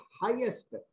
highest